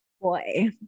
Boy